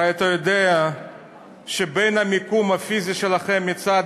הרי אתה יודע שבין המיקום הפיזי שלכם מצד